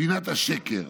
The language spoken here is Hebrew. פינת השקר.